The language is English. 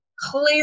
clear